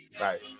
Right